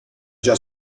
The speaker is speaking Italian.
già